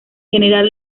general